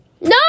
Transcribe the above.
No